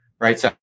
Right